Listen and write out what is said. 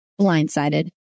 Blindsided